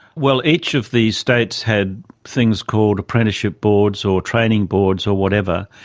well, each of the states had things called apprenticeship boards or training boards or whatever,